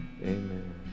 Amen